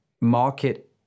market